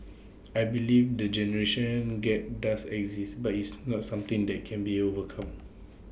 I believe the generation gap does exist but it's not something that can be overcome